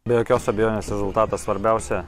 be jokios abejonės rezultatas svarbiausia